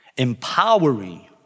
Empowering